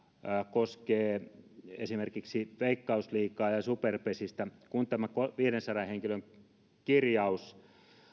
koskee esimerkiksi veikkausliigaa ja superpesistä kun tämä viidensadan henkilön kirjaus